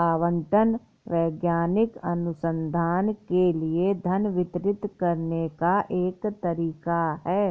आवंटन वैज्ञानिक अनुसंधान के लिए धन वितरित करने का एक तरीका हैं